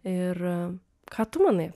ir ką tu manai